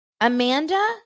Amanda